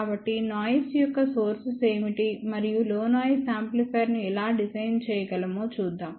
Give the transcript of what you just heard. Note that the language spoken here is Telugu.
కాబట్టి నాయిస్ యొక్క సోర్సెస్ ఏమిటి మరియు లో నాయిస్ యాంప్లిఫైయర్ను ఎలా డిజైన్ చేయగలమో చూద్దాం